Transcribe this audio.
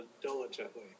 diligently